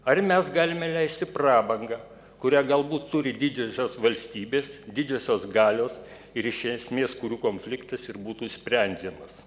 ar mes galime leisti prabangą kurią galbūt turi didžiosios valstybės didžiosios galios ir iš esmės kurių konfliktas ir būtų sprendžiamas